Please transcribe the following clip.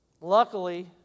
Luckily